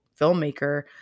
filmmaker